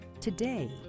Today